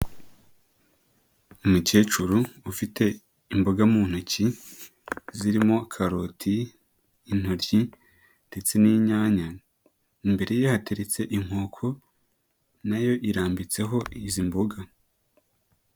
Umukecuru ufite imboga mu ntoki zirimo karoti, intoryi ndetse n'inyanya, imbere ye hateretse inkoko nayo irambitseho izi mboga.